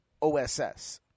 OSS